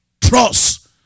trust